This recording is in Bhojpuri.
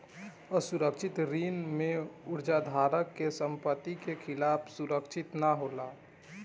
असुरक्षित ऋण में उधारकर्ता के संपत्ति के खिलाफ सुरक्षित ना होला